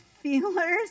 feelers